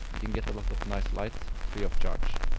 we can get a lot of nice light, free of charge.